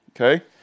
okay